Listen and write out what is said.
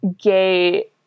gay